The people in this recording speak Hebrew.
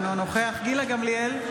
אינו נוכח גילה גמליאל,